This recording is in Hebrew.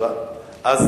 ועדת חינוך.